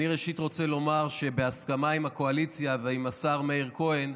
ראשית אני רוצה לומר שבהסכמה עם הקואליציה ועם השר מאיר כהן,